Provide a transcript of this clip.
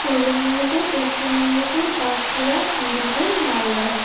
Purba Medinipur Paschim Medinipur Bankura Birbhum Malda